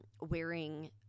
wearing